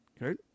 Right